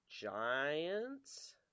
Giants